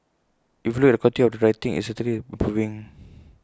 if you look at the quality of the writing IT is certainly improving